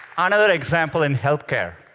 another example in healthcare,